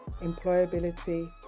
employability